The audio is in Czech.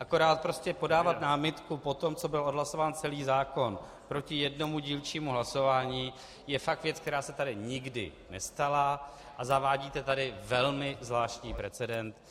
Akorát prostě podávat námitku potom, co byl odhlasován celý zákon, proti jednomu dílčímu hlasování, je fakt věc, která se tady nikdy nestala, a zavádíte tady velmi zvláštní precedent.